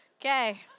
Okay